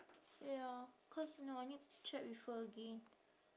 ya cause you know I need check with her again